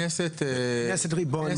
הכנסת היא ריבון.